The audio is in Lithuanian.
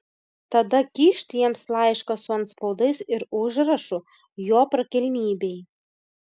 tada kyšt jiems laišką su antspaudais ir užrašu jo prakilnybei